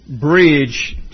bridge